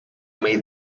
made